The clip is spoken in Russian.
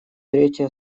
третий